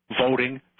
Voting